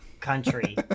country